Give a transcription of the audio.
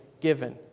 given